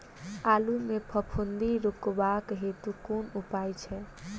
आलु मे फफूंदी रुकबाक हेतु कुन उपाय छै?